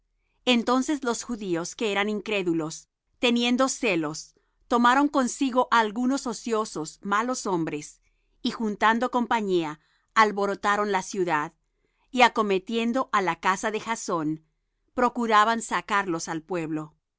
entonces los judíos que eran incrédulos teniendo celos tomaron consigo á algunos ociosos malos hombres y juntando compañía alborotaron la ciudad y acometiendo á la casa de jasón procuraban sacarlos al pueblo